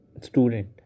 student